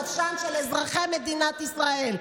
כתוצאה ממשבר בריאות נפשם של אזרחי מדינת ישראל.